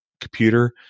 computer